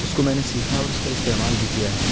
اس کو میں نے سیکھا ہے اور اس کا استعمال بھی کیا ہے